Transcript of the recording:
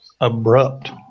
abrupt